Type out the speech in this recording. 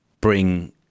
bring